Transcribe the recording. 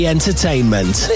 Entertainment